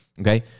okay